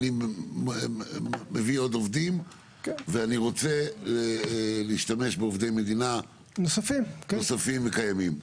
אני מביא עוד עובדים ואני רוצה להשתמש בעובדי מדינה נוספים וקיימים.